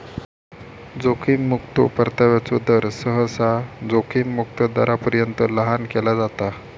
जोखीम मुक्तो परताव्याचो दर, सहसा जोखीम मुक्त दरापर्यंत लहान केला जाता